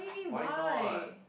why not